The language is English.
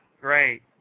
Great